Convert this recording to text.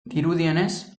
dirudienez